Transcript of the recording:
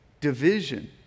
division